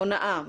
הונאה,